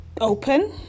open